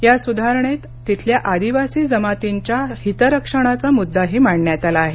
या सुधारणेत तिथल्या आदिवासी जमातींचं हितरक्षणाचा मुद्दाही मांडण्यात आला आहे